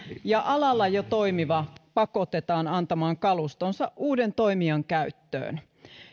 ja alalla jo toimiva pakotetaan antamaan kalustonsa uuden toimijan käyttöön